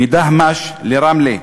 מדהמש לרמלה,